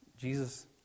Jesus